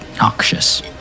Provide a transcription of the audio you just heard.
noxious